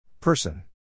Person